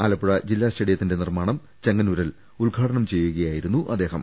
ആല പ്പുഴ ജില്ലാ സ്റ്റേഡിയത്തിന്റെ നിർമ്മാണം ചെങ്ങന്നൂരിൽ ഉദ്ഘാടനം ചെയ്യുകയായിരുന്നു അദ്ദേഹം